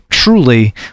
truly